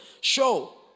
Show